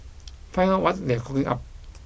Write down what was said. find out what they are cooking up